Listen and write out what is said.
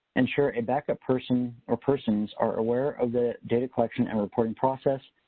ensure a backup person or persons are aware of the data collection and reporting process,